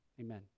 Amen